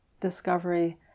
discovery